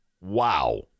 Wow